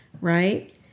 Right